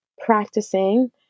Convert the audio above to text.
practicing